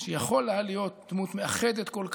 שיכול היה להיות דמות מאחדת כל כך,